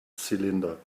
cylinder